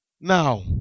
Now